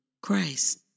Christ